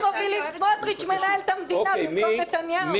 סמוטריץ מנהל את המדינה במקום נתניהו.